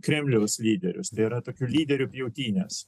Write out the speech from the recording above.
kremliaus lyderius tai yra tokių lyderių pjautynes